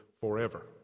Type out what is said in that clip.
forever